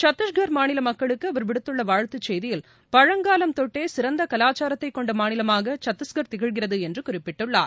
சத்தீஸ்கர் மாநில மக்களுக்கு அவர் விடுத்துள்ள வாழ்த்துச் செய்தியில் பழங்காலம் தொட்டே சிறந்த கலாச்சாரத்தை கொண்ட மாநிலமாக சத்தீஸ்கர் திகழ்கிறது என்று குறிப்பிட்டுள்ளார்